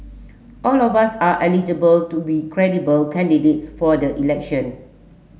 all of us are eligible to be credible candidates for the election